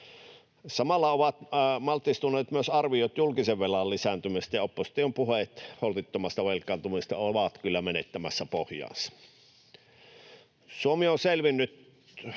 Samalla ovat maltistuneet myös arviot julkisen velan lisääntymisestä, ja opposition puheet holtittomasta velkaantumisesta ovat kyllä menettämässä pohjaansa. Suomi on selvinnyt